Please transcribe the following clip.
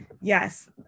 yes